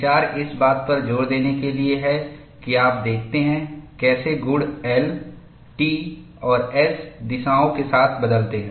विचार इस बात पर जोर देने के लिए है कि आप देखते हैं कैसे गुण L T और S दिशाओं के साथ बदलते हैं